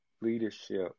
leadership